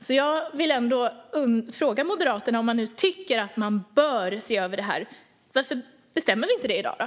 Därför vill jag fråga Moderaterna: Om ni nu tycker att man bör se över det här, varför bestämmer vi inte det i dag?